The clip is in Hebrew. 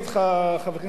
חבר הכנסת רותם,